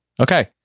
Okay